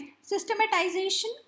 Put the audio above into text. systematization